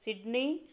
Sydney